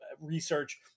research